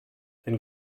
den